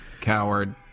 Coward